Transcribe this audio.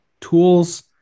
tools